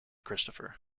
christopher